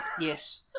yes